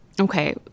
okay